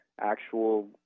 actual